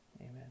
Amen